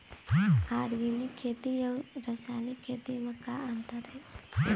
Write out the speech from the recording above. Organic खेती अउ रासायनिक खेती म का अंतर हे?